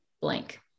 blank